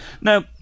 Now